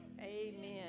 Amen